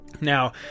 Now